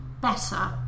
better